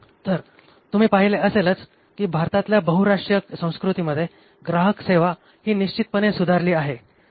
तर तुम्ही पहिले असेलच की भारतातल्या बहुराष्ट्रीय संस्कृतीमध्ये ग्राहकसेवा ही निश्चितपणे सुधारली आहे